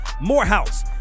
Morehouse